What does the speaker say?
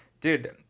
dude